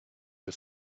you